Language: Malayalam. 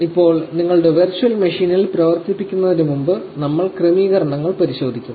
ഇപ്പോൾ നിങ്ങളുടെ വെർച്വൽ മെഷീനിൽ പ്രവർത്തിപ്പിക്കുന്നതിനുമുമ്പ് നമ്മൾ ക്രമീകരണങ്ങൾ പരിശോധിക്കും